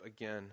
again